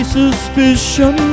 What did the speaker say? suspicion